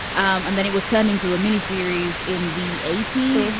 um and then it was turned into a mini series in the eighty s.